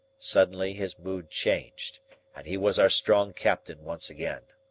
suddenly his mood changed and he was our strong captain once again.